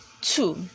two